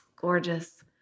gorgeous